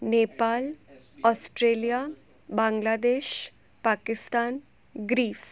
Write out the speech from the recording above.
Nepal Australia Bangladesh Pakistan Greece